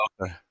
okay